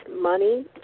money